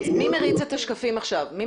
מילה את על השקף הקודם.